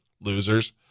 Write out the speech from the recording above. losers